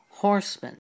horsemen